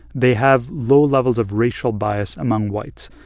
they have low levels of racial bias among whites.